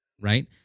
Right